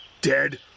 Dead